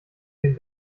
den